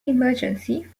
emergency